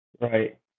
Right